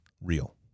real